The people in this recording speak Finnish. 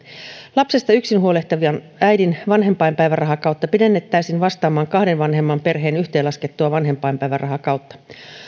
lapsesta yksin huolehtivan äidin vanhempainpäivärahakautta pidennettäisiin vastaamaan kahden vanhemman perheen yhteenlaskettua vanhempainpäivärahakautta